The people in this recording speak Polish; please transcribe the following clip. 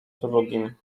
drugim